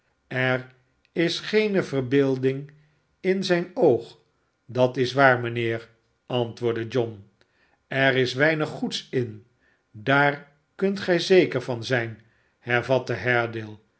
er is geene verbeelding in zijn oog dat is waar mijnheer antwoordde john er is weinig goeds in daar kunt gij zeker van zijn hervatte